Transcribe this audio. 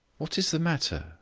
what is the matter?